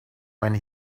when